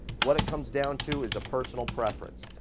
what it comes down to is a personal preference.